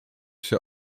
się